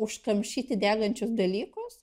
užkamšyti degančius dalykus